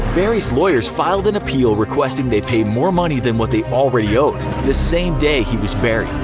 barry's lawyers filed an appeal requesting they pay more money than what they already owed the same day he was buried.